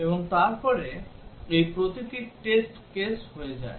এবং তারপর এই প্রতিটি টেস্ট কেস হয়ে যায়